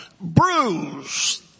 bruise